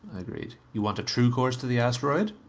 i agreed. you want a true course to the asteroid?